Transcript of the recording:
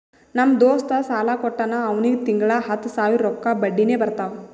ನಮ್ ದೋಸ್ತ ಸಾಲಾ ಕೊಟ್ಟಾನ್ ಅವ್ನಿಗ ತಿಂಗಳಾ ಹತ್ತ್ ಸಾವಿರ ರೊಕ್ಕಾ ಬಡ್ಡಿನೆ ಬರ್ತಾವ್